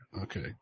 Okay